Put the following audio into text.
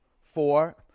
four